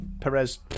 Perez